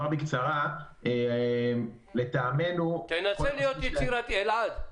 אומר בקצרה, לטעמנו --- אלעד,